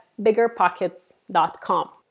biggerpockets.com